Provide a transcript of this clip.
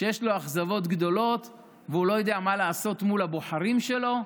שיש לו אכזבות גדולות והוא לא יודע מה לעשות מול הבוחרים שלו.